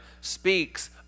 speaks